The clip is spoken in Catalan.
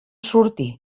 sortir